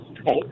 Okay